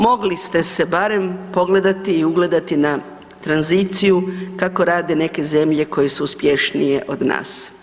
Mogli ste se barem pogledati i ugledati na tranziciju kako rade neke zemlje koje su uspješnije od nas.